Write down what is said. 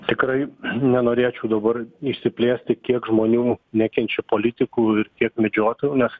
tikrai nenorėčiau dabar išsiplėsti kiek žmonių nekenčia politikų ir kiek medžiotojų nes